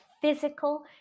physical